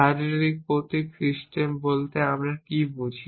শারীরিক প্রতীক সিস্টেম বলতে আমরা কি বুঝি